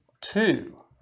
two